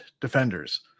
defenders